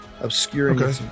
obscuring